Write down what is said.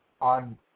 on